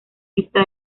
pista